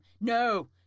No